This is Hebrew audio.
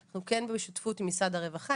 אנחנו כן בשותפות עם משרד הרווחה,